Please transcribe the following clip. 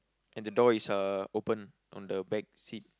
and the door is uh open on the back seat